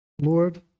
Lord